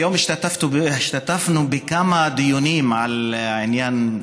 היום השתתפנו בכמה דיונים על העניין,